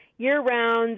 year-round